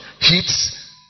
hits